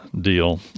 deal